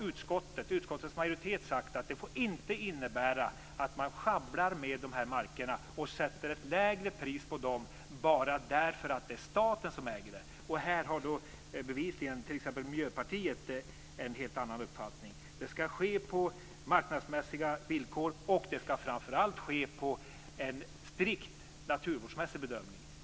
Utskottets majoritet har sagt att det inte får innebära att man sjabblar med markerna och sätter ett lägre pris på dem bara för att det är staten som äger dem. Här har exempelvis Miljöpartiet en helt annan uppfattning. Det skall ske på marknadsmässig villkor och det skall framför allt ske med en strikt naturvårdsmässig bedömning.